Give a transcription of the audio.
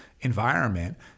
environment